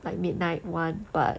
like midnight one but